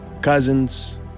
cousins